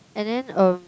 and then um